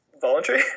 voluntary